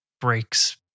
breaks